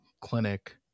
clinic